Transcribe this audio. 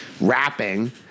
rapping